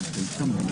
(הישיבה נפסקה בשעה 13:30 ונתחדשה בשעה 13:45.) מכובדיי,